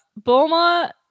Bulma